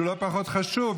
שהוא לא פחות חשוב,